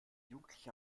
jugendliche